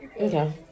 Okay